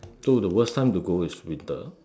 so the worst time to go is winter